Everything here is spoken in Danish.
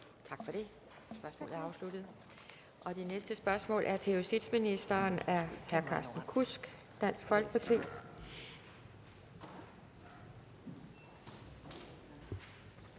Tak for det. Spørgsmålet er afsluttet. Det næste spørgsmål er til justitsministeren af hr. Carsten Kudsk, Dansk Folkeparti.